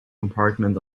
compartment